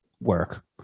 work